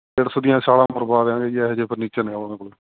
kids ਦੀਆਂ ਸਾਰਾ ਮੰਗਵਾ ਦਿਆਂਗੇ ਜੀ ਇਹੋ ਜਿਹਾ ਫਰਨੀਚਰ ਨੇ ਉਹਨਾਂ ਕੋਲ